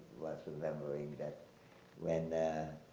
worth remembering that when